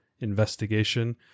investigation